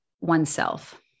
oneself